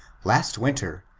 last winter,